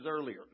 earlier